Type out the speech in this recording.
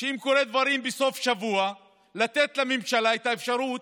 שאם קורים דברים בסוף שבוע ייתנו לממשלה את האפשרות